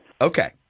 Okay